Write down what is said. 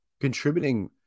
contributing